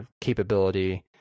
capability